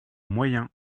moyen